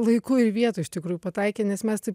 laiku ir vietoj iš tikrųjų pataikė nes mes taip